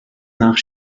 nach